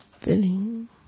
feeling